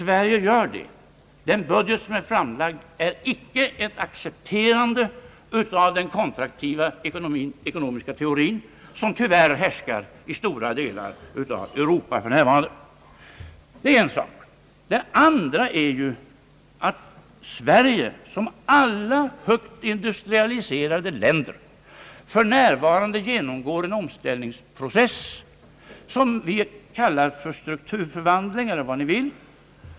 Den budget som är framlagd innebär icke ett accepterande av den kontraktiva ekonomiska teori som tyvärr härskar i stora delar av Europa för närvarande. Det är det ena inslaget i situationen. Det andra är att Sverige i likhet med alla andra högt industrialiserade länder för närvarande genomgår en omställningsprocess, som vi kallar för strukturomvandling.